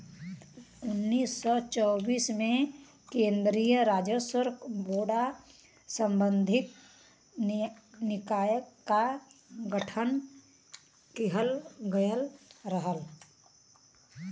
उन्नीस सौ चौबीस में केन्द्रीय राजस्व बोर्ड सांविधिक निकाय क गठन किहल गयल रहल